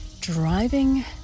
Driving